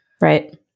right